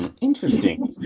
Interesting